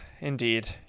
indeed